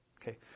Okay